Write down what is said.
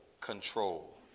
control